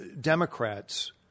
Democrats